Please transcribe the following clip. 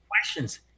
questions